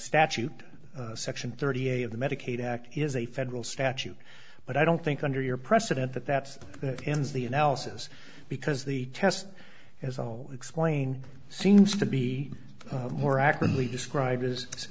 statute section thirty eight of the medicaid act is a federal statute but i don't think under your precedent that that ends the analysis because the test as well explain seems to be more accurately described as